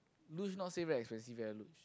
luge not say very expensive eh luge